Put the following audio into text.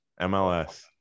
MLS